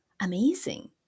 amazing